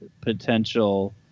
potential